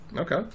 Okay